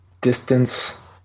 Distance